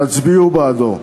תצביעו בעדו.